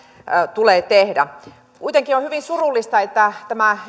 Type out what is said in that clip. tulee tehdä kuitenkin on hyvin surullista että tämä